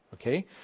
okay